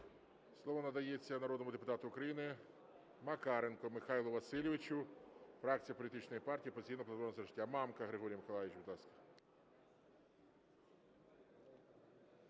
Слово надається народному депутату України Макаренку Михайлу Васильовичу, фракція політичної партії "Опозиційна платформа - За життя". Мамка Григорій Миколайович, будь ласка.